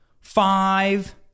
Five